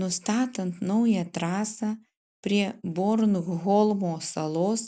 nustatant naują trasą prie bornholmo salos